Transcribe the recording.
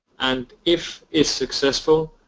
and if it's successful